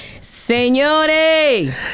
¡Señores